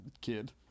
kid